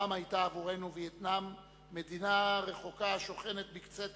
פעם היתה עבורנו וייטנאם מדינה רחוקה שוכנת בקצה תבל.